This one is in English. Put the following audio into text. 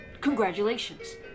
Congratulations